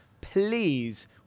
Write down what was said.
please